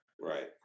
Right